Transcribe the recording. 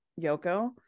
yoko